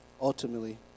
ultimately